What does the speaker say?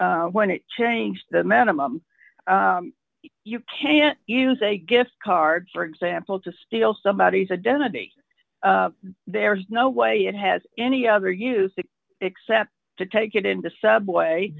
when it changed the minimum you can't use a gift card for example to steal somebody's identity there's no way it has any other use except to take it in the subway